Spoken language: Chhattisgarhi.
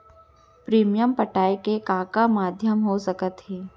प्रीमियम पटाय के का का माधयम हो सकत हे?